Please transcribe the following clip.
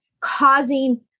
Causing